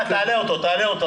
תעלה אותו.